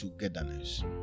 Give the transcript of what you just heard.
togetherness